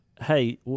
hey